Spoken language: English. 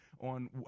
on